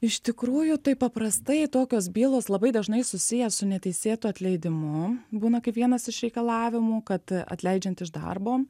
iš tikrųjų tai paprastai tokios bylos labai dažnai susiję su neteisėtu atleidimu būna kaip vienas iš reikalavimų kad atleidžiant iš darbo